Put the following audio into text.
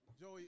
Joey